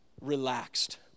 relaxed